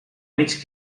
mig